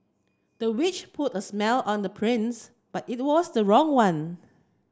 the witch put a smell on the prince but it was the wrong one